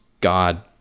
god